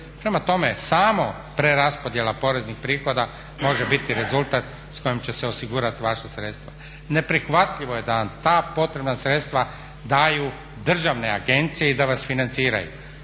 Prema tome, samo preraspodjela poreznih prihoda može biti rezultat s kojim će se osigurati vaša sredstva. Neprihvatljivo je da nam ta potrebna sredstva daju državne agencije i da vas financiraju